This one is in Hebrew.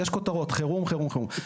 יש כותרות חירום, חירום, חירום.